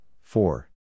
four